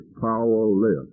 powerless